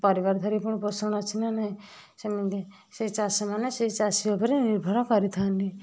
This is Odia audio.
ପରିବାର ଧରିକି ପୁଣି ପୋଷଣ ଅଛି ନା ନାହିଁ ସେମିତି ସେଇ ଚାଷୀମାନେ ସେଇ ଚାଷୀ ଉପରେ ନିର୍ଭର କରିଥାନ୍ତି